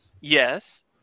Yes